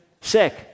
sick